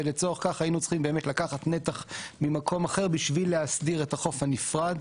ולצורך כך היינו צריכים לקחת נתח ממקום אחר בשביל להסדיר את החוף הנפרד.